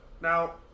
Now